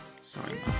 Sorry